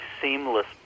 seamless